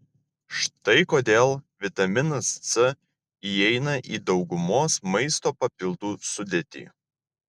štai kodėl vitaminas c įeina į daugumos maisto papildų sudėtį